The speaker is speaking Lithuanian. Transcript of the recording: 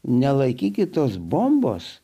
nelaikykit tos bombos